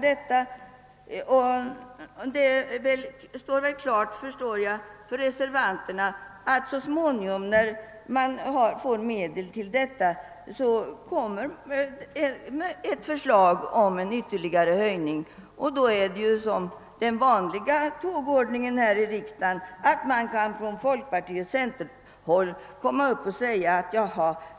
Det står emellertid klart att förslag så småningom, när medel ställs till förfogande, skall framläggas om en ytterligare höjning. Då kommer — vilket är den vanliga tågordningen här i riksdagen — att från folkpartioch centerhåll sägas: